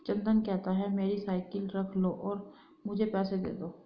चंदन कहता है, मेरी साइकिल रख लो और मुझे पैसे दे दो